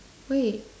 wait